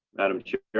madam chair,